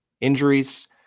injuries